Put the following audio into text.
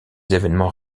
évènements